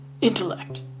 Intellect